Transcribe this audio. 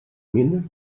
minder